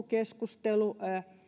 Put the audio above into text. keskustelu